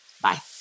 Bye